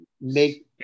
make